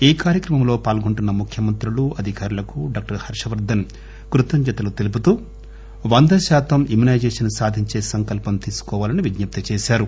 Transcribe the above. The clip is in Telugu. ఈ కార్యక్రమంలో పాల్గొంటున్న ముఖ్యమంత్రులు అధికారులకు డాక్టర్ హర్ష వర్దన్ కృతజ్నతలు తెలుపుతూ వంద శాతం ఇమ్యువైజేషన్ సాధించే సంకల్పం తీసుకోవాలని విజ్నప్తి చేశారు